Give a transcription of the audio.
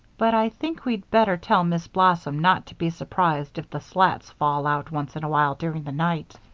but i think we'd better tell miss blossom not to be surprised if the slats fall out once in a while during the night.